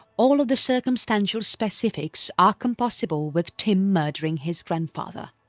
all of the circumstantial specifics are compossible with tim murdering his grandfather.